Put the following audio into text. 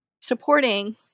supporting